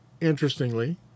Interestingly